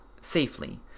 safely